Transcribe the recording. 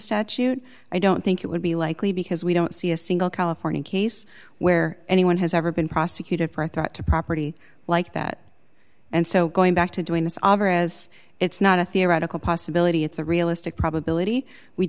statute i don't think it would be likely because we don't see a single california case where anyone has ever been prosecuted for a thought to property like that and so going back to doing this auburn as it's not a theoretical possibility it's a realistic